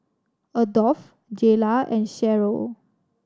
Adolf Jaylah and Sharyl